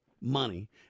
money